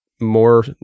more